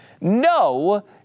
No